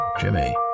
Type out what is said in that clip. Jimmy